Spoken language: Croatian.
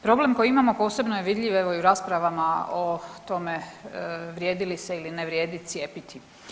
Problem koji imamo posebno je vidljiv evo i u raspravama o tome vrijedi li se ili ne vrijedi cijepiti.